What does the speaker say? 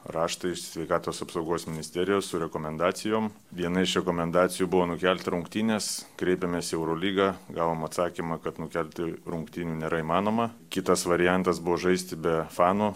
raštą iš sveikatos apsaugos ministerijos su rekomendacijom viena iš rekomendacijų buvo nukelti rungtynes kreipėmės į eurolygą gavom atsakymą kad nukelti rungtynių nėra įmanoma kitas variantas buvo žaisti be fanų